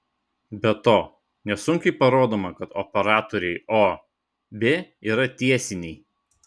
be to nesunkiai parodoma kad operatoriai o b yra tiesiniai